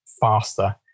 faster